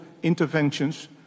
interventions